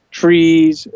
trees